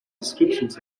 descriptions